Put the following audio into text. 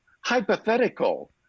hypothetical